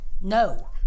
no